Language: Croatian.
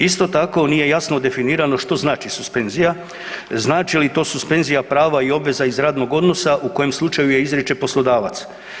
Isto tako, nije jasno definirano što znači suspenzija, znači li to suspenzija prava i obveza iz radnog odnosa u kojem slučaju je izriče poslodavac?